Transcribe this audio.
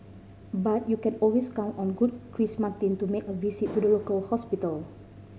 but you can always count on good Chris Martin to make a visit to the local hospital